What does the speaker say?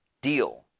deal